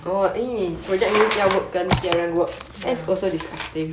ya